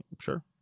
Sure